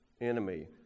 enemy